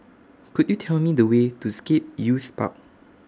Could YOU Tell Me The Way to Scape Youth Park